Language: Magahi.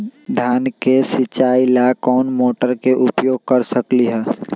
धान के सिचाई ला कोंन मोटर के उपयोग कर सकली ह?